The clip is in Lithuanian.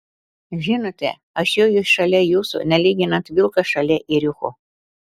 žinote aš joju šalia jūsų nelyginant vilkas šalia ėriuko